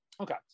Okay